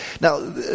Now